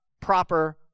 proper